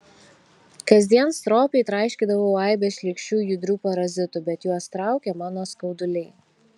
kasdien stropiai traiškydavau aibes šlykščių judrių parazitų bet juos traukė mano skauduliai